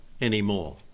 anymore